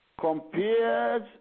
compares